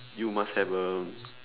you must have a